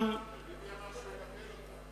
ביבי אמר שהוא יבטל אותה.